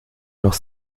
noch